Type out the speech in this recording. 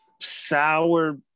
sour